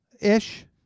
ish